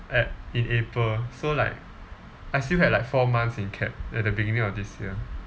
at in april so like I still had like four months in cap at beginning of this year